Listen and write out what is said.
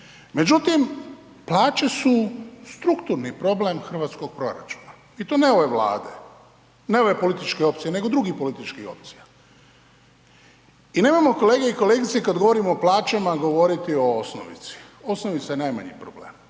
Međutim, plaće su strukturni problem hrvatskog proračuna i to ne ove Vlade, ne ove političke opcije nego drugih političkih opcija. I nemojmo kolege i kolegice, kad govorimo o plaćama govoriti o osnovici, osnovica je najmanji problem.